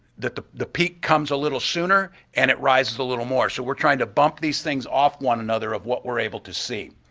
the the peak comes a little sooner and it rises a little more, so we're trying to bump these things off one another of what we're able to see.